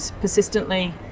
persistently